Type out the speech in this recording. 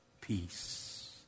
peace